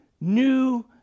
new